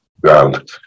ground